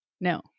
No